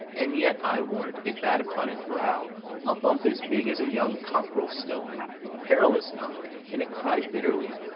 and yet, i warrant, it bad upon it brow a bump as big as a young cock'rel's stone a perilous knock and it cried bitterly.